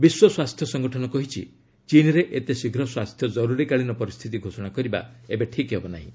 ବିଶ୍ୱ ସ୍ୱାସ୍ଥ୍ୟ ସଂଗଠନ କହିଛି ଚୀନ୍ରେ ଏତେ ଶୀଘ୍ର ସ୍ୱାସ୍ଥ୍ୟ ଜରୁରିକାଳୀନ ପରିସ୍ଥିତି ଘୋଷଣା କରିବା ଏବେ ଠିକ୍ ହେବ ନାହିଁ